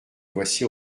voici